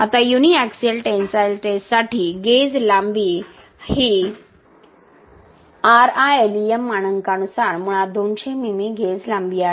आता uniaxial tensile टेस्टसाठी gauge लांबी ही RILEM मानकांनुसार मुळात 200 मिमी गेज लांबी आहे